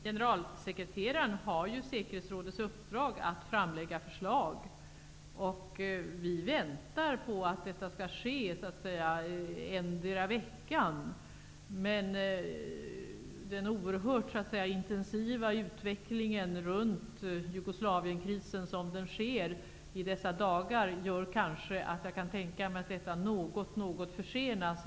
Herr talman! Generalsekreteraren har ju säkerhetsrådets uppdrag att framlägga förslag. Vi väntar på att detta skall ske endera veckan. Men den oerhört intensiva utvecklingen dessa dagar kring Jugoslavienkrisen gör att jag kan tänka mig att detta något försenas.